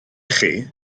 chi